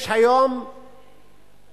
יש היום נטייה